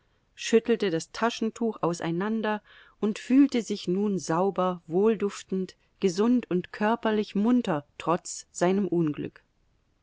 schüttelte das taschentuch auseinander und fühlte sich nun sauber wohlduftend gesund und körperlich munter trotz seinem unglück